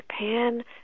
Japan